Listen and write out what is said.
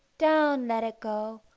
down let it go!